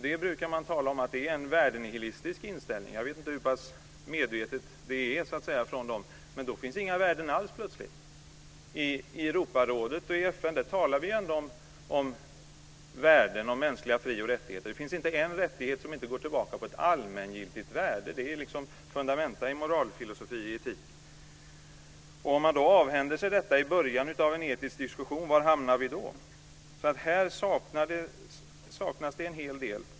Det brukar man tala om är en värdenihilistisk inställning. Jag vet inte hur pass medvetet det är från deras sida, men då finns plötsligt inga värden alls. I Europarådet och FN talar vi ändå om värden och mänskliga fri och rättigheter. Det finns inte en rättighet som inte går tillbaka på ett allmängiltigt värde. Det är liksom fundamenta i moralfilosofi och etik. Om man avhänder sig detta i början av en etisk diskussion, var hamnar vi då? Här saknas det en hel del.